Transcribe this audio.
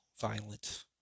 violent